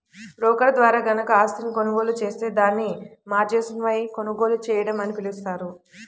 broker ద్వారా గనక ఆస్తిని కొనుగోలు జేత్తే దాన్ని మార్జిన్పై కొనుగోలు చేయడం అని పిలుస్తారు